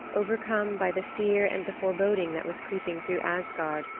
overcome by the fear and the foreboding that was creeping through asgard,